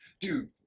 Dude